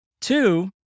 Two